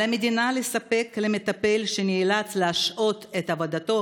על המדינה לספק למטפל שנאלץ להשעות את עבודתו